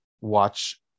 watch